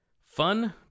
Fun